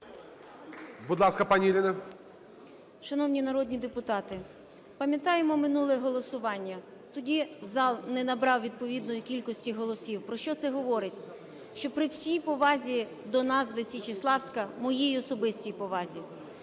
Шановні народні депутати, пам'ятаємо минуле голосування: тоді зал не брав відповідної кількості голосів. Про що це говорить? Що, при всій повазі до назви Січеславська, моїй особистій повазі,